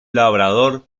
labrador